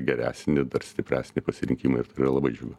geresnį dar stipresnį pasirinkimą ir tikrai labai džiugu